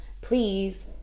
Please